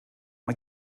mae